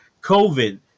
COVID